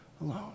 alone